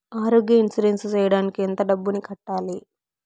ఆరోగ్య ఇన్సూరెన్సు సేయడానికి ఎంత డబ్బుని కట్టాలి?